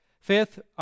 Fifth